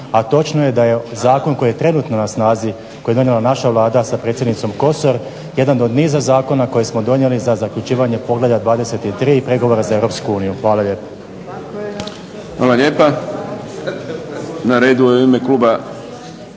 A točno je da je zakon koji je trenutno na snazi, koji je donijela naša vlada sa predsjednicom Kosor, jedan od niza zakona koji smo donijeli za zaključivanje Poglavlja 23. i pregovora za EU. Hvala lijepo. **Šprem, Boris (SDP)** Hvala lijepa. Na redu je u ime Kluba